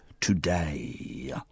today